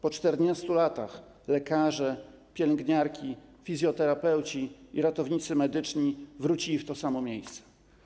Po 14 latach lekarze, pielęgniarki, fizjoterapeuci i ratownicy medyczni wrócili w to samo miejsce.